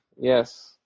Yes